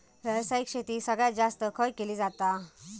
व्यावसायिक शेती सगळ्यात जास्त खय केली जाता?